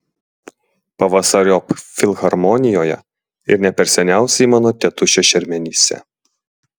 pavasariop filharmonijoje ir ne per seniausiai mano tėtušio šermenyse